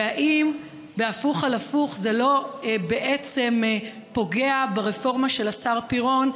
האם בהפוך על הפוך זה לא בעצם פוגע ברפורמה של השר פירון,